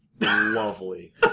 lovely